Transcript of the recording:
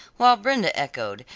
while brenda echoed,